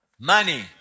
money